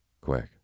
quick